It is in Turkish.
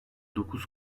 dokuz